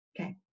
Okay